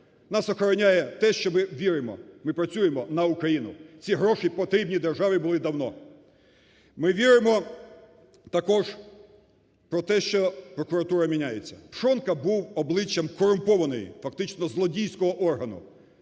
Нас охороняє те, що ми віримо, ми працюємо на Україну, ці гроші потрібні державі були давно. Ми віримо також про те, що прокуратура міняється. Пшонка був обличчям корумпованого, фактично злодійського органу.